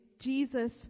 Jesus